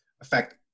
affect